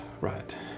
Right